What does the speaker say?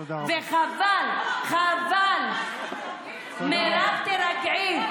וחבל, חבל, מירב, תירגעי.